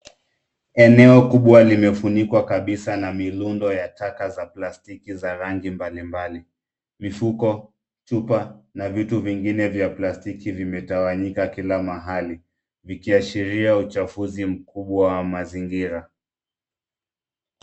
Eneo kubwa limefunikwa kabisa na milundo ya taka za plastiki za rangi mbalimbali. Mifuko, chupa na vitu vingine vya plastiki vimetawanyika kila mahali, vikiashiria uchafuzi mkubwa wa mazingira.